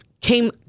came